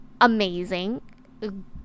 amazing